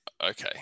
okay